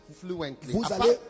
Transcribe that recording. fluently